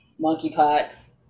monkeypox